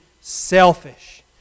selfish